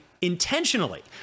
intentionally